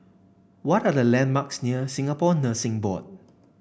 what are the landmarks near Singapore Nursing Board